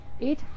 Eight